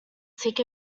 seek